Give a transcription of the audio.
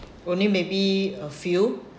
only maybe a few